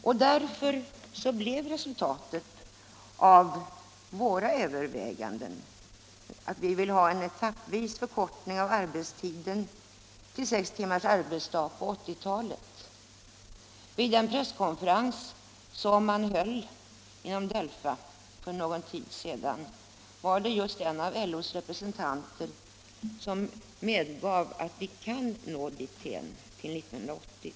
Och därför blev resultatet av våra överväganden att vi vill ha en etappvis förkortning av arbetstiden till sex timmars arbetsdag på 1980-talet. Vid den presskonferens som nyligen hölls av DELFA, alltså delegationen för arbetstidsfrågor, medgav en av LO:s representanter att vi kan nå dit 1980.